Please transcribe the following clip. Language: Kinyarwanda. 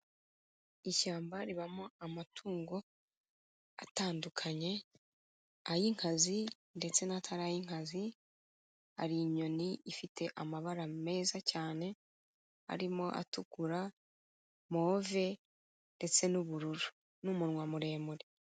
Ishyamba ribamo amatungo atandukanye, ay'inkazi ndetse nt'atari ay'inkazi, hari inyoni ifite amabara meza cyane arimo atukura, move ndetse n'ubururu n'umunwa muremure.